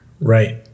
Right